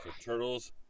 Turtles